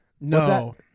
No